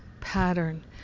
pattern